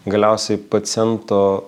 galiausiai paciento